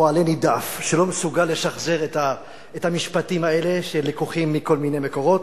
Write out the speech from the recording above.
כמו עלה נידף שלא מסוגל לשחזר את המשפטים האלה שלקוחים מכל מיני מקורות.